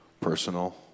personal